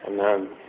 Amen